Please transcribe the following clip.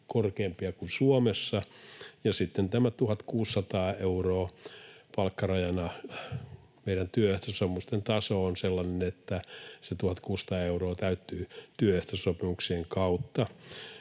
korkeampia kuin Suomessa. Ja sitten meidän työehtosopimusten taso on sellainen, että se 1 600 euron palkkaraja täyttyy työehtosopimuksien kautta.